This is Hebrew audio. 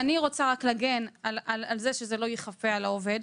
אני רק רוצה להגן שזה לא ייכפה על העובד,